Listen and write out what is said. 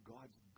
God's